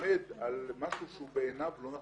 לומד על משהו שהוא בעיניו לא נכון,